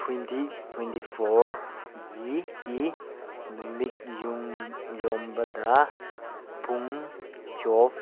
twenty twenty ꯐꯣꯔꯒꯤ ꯀꯤ ꯅꯨꯃꯤꯠ ꯌꯨꯡꯕꯗ ꯄꯨꯡ ꯆꯣꯞ